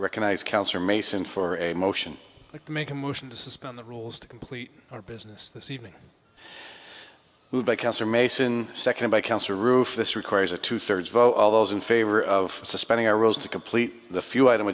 recognize councilor mason for a motion to make a motion to suspend the rules to complete our business this evening who by cancer mason second by cancer roof this requires a two thirds vote all those in favor of suspending a rose to complete the few item